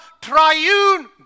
triune